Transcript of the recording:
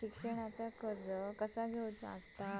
शिक्षणाचा कर्ज कसा घेऊचा हा?